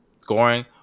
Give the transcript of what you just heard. scoring